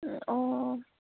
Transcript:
অঁ